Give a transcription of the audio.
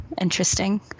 interesting